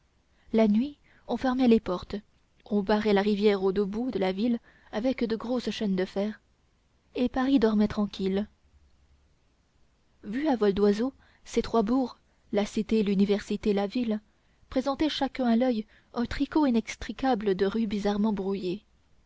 la nuit on fermait les portes on barrait la rivière aux deux bouts de la ville avec de grosses chaînes de fer et paris dormait tranquille vus à vol d'oiseau ces trois bourgs la cité l'université la ville présentaient chacun à l'oeil un tricot inextricable de rues bizarrement brouillées